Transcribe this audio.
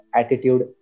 attitude